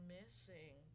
missing